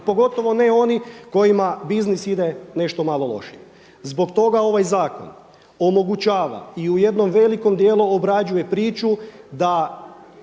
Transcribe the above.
pogotovo ne oni kojima biznis ide nešto malo lošije. Zbog toga ovaj zakon omogućava i u jednom velikom dijelu obrađuje priču da